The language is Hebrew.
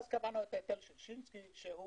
ואז קבענו את היטל ששינסקי על